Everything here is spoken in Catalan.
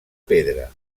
pedra